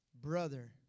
brother